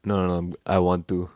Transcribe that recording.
no no no I want to